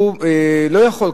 הוא לא יכול,